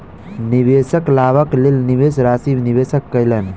निवेशक लाभक लेल निवेश राशि निवेश कयलैन